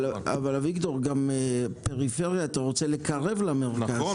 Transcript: אבל אתה רוצה גם לקרב את הפריפריה למרכז,